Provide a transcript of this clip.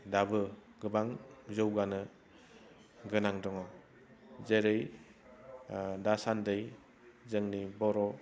दाबो गोबां जौगानो गोनां दङ जेरै दासान्दि जोंनि बर'